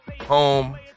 Home